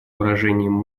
выражением